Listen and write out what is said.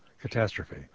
Catastrophe